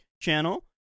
channel